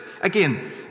Again